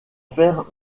faire